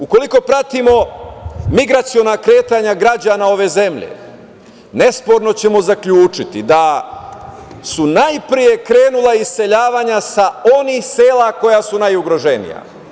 Ukoliko pratimo migraciona kretanja građana ove zemlje, nesporno ćemo zaključiti da su najpre krenula iseljavanja sa onih sela koja su najugroženija.